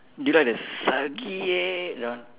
do you like the Sakiyae that one